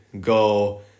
go